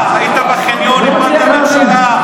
סליחה, היית בחניון והפלת ממשלה.